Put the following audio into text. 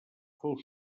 fou